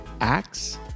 Acts